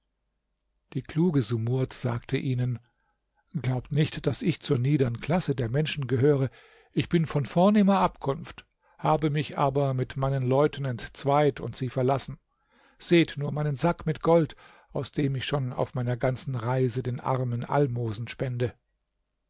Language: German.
die kluge sumurd sagte ihnen glaubt nicht daß ich zur niedern klasse der menschen gehöre ich bin von vornehmer abkunft habe mich aber mit meinen leuten entzweit und sie verlassen seht nur meinen sack mit gold aus dem ich schon auf meiner ganzen reise den armen almosen spende